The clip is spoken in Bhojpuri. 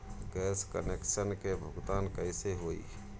गैस कनेक्शन के भुगतान कैसे होइ?